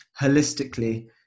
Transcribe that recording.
holistically